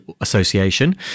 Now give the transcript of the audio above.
Association